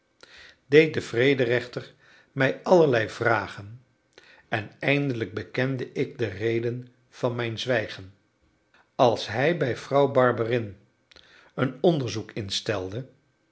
deed de vrederechter mij allerlei vragen en eindelijk bekende ik de reden van mijn zwijgen als hij bij vrouw barberin een onderzoek instelde